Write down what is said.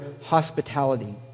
hospitality